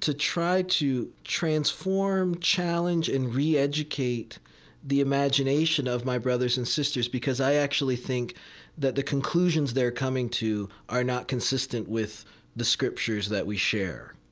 to try to transform, challenge, and re-educate the imagination of my brothers and sisters, because i actually think that the conclusions they're coming to are not consistent with the scriptures that we share.